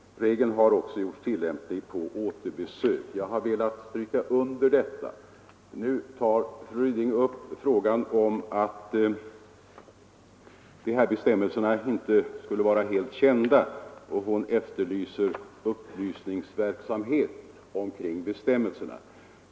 Regeln har också gjorts tillämplig på återbesök. Jag har velat stryka under detta. Nu tar fru Ryding upp frågan om att de här bestämmelserna inte skulle vara helt kända, och hon efterlyser upplysningsverksamhet omkring bestämmelserna.